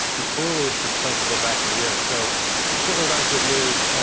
the earliest this plane could go back in the air. so it's certainly not good news. and